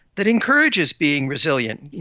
that encourages being resilient, you